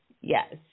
Yes